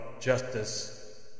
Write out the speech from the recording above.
Justice